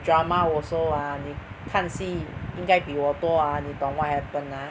drama also ah 你看戏应该比我多 ah 你懂 what happen ah